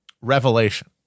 revelation